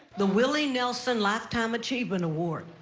the willie nelson lifetime achievement award,